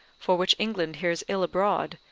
for which england hears ill abroad,